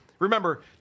Remember